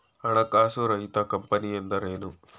ಹಣಕಾಸು ರಹಿತ ಕಂಪನಿ ಎಂದರೇನು?